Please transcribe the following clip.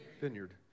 vineyard